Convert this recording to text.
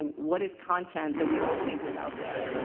what is content that we don't think is out there.